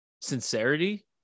sincerity